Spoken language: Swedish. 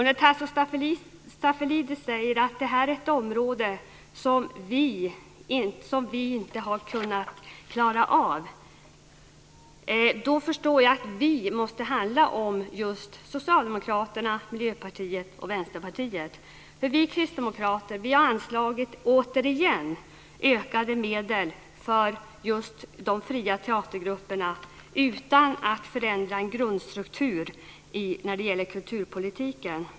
När Tasso Stafilidis säger att det här är ett område som vi inte har kunnat klara av förstår jag att "vi" måste handla om just Socialdemokraterna, Miljöpartiet och Vänsterpartiet. För vi kristdemokrater har anslagit, återigen, ökade medel för just de fria teatergrupperna utan att förändra en grundstruktur när det gäller kulturpolitiken.